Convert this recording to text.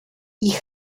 ich